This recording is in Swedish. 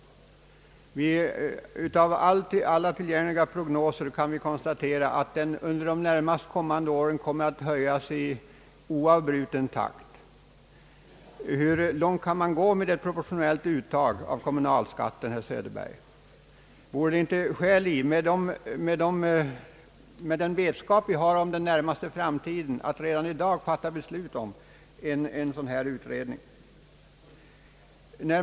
Av alla tillgängliga prognoser kan vi konstatera att den under de närmaste åren kommer att höjas i oavbruten takt. Hur långt kan man gå med ett proportionellt uttag av kommunalskatten, herr Söderberg? Vore det inte skäl i, med den vetskap vi har om den närmaste framtiden, att redan i dag fatta beslut om en utredning?